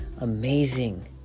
amazing